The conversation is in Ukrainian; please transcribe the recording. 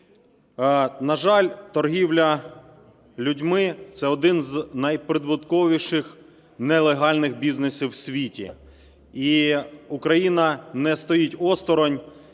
На жаль, торгівля людьми – це один з найприбутковіших нелегальних бізнесів в світі. І Україна не стоїть осторонь